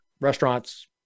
restaurants